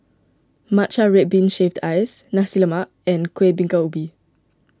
Matcha Red Bean Shaved Ice Nasi Lemak and Kueh Bingka Ubi